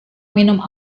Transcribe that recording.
minum